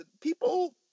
people